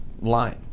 line